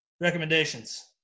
Recommendations